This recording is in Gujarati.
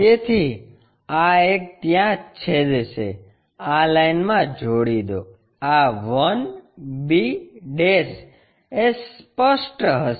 તેથી આ એક ત્યાં છેદશે આ લાઈનમાં જોડી દો આ 1 b એ સ્પષ્ટ હશે